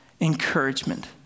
encouragement